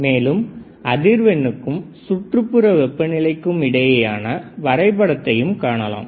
மேலும் அதிர்வெண்ணுக்கும் சுற்றுப்புற வெப்பநிலைக்கும் இடையேயான வரைபடத்தையும் காணலாம்